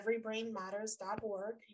everybrainmatters.org